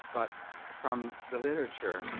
but from the literature,